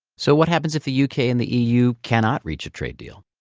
so what happens if the u k. and the eu cannot reach a trade deal?